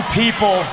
people